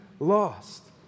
Lost